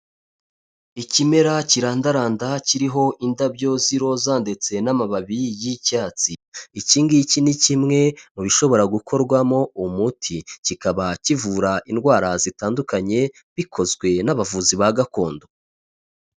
Ikimera kirandaranda, kiriho indabyo z'iroza ndetse n'amababi y'icyatsi, iki ngiki ni kimwe mu bishobora gukorwamo umuti, kikaba kivura indwara zitandukanye bikozwe n'abavuzi ba gakondo.